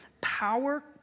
power